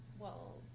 well.